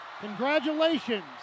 Congratulations